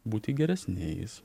būti geresniais